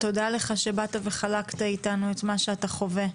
תודה רבה לך שבאת וחלקת איתנו את מה שאתה חווה.